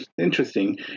interesting